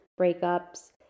breakups